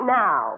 now